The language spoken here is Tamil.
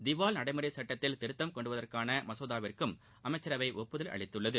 திவால் நடைமுறை சுட்டத்தில் திருத்தம் கொண்டுவருவதற்கான மசோதாவிற்கும் அமைச்சரவை ஒப்புதல் அளித்துள்ளது